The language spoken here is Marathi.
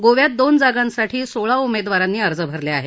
गोव्यात दोन जागांसाठी सोळा उमेदवारांनी अर्ज भरले आहेत